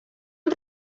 els